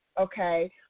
okay